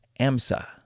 AMSA